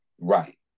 Right